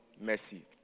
mercy